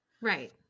Right